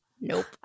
nope